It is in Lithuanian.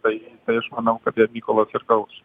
tai tai aš manau kad ją mykolas ir gaus